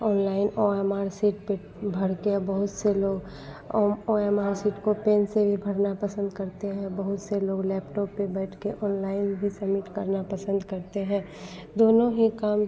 online O M R sheet पर भरकर बहुत से लोग ओम ओ एम आर सीट को पेन से भी भरना पसंद करते हैं बहुत से लोग लैपटॉप पर बैठकर ऑनलाइन भी समिट करना पसंद करते हैं दोनों ही काम